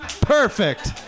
Perfect